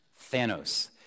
Thanos